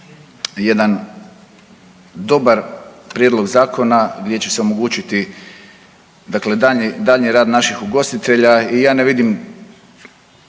jedan dobar prijedlog zakona gdje će se omogućiti dakle daljnji, daljnji rad naših ugostitelja i ja ne vidim